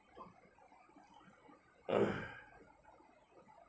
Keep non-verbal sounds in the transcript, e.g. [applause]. [noise]